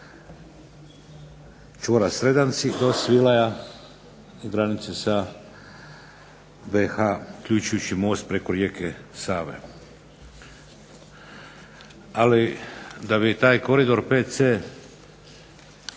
čvora Sredanci do Svilaja i granice sa BiH uključujući i most preko rijeke Save. Ali da bi taj koridor 5C